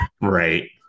Right